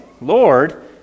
Lord